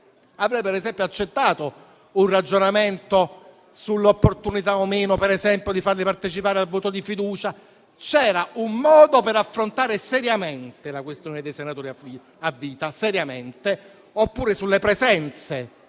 Avrei accettato un ragionamento sull'opportunità o meno, per esempio, di farli partecipare al voto di fiducia. C'era un modo per affrontare seriamente la questione dei senatori a vita. Magari si sarebbe